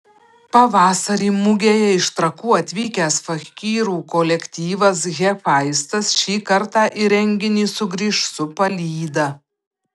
pavasarį mugėje iš trakų atvykęs fakyrų kolektyvas hefaistas šį kartą į renginį sugrįš su palyda